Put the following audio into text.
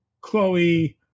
chloe